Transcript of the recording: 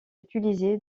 utilisé